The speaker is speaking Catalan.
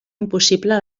impossible